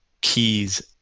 keys